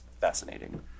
fascinating